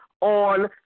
on